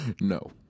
No